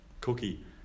Cookie